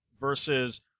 versus